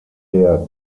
der